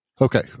Okay